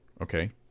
Okay